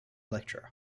lecturer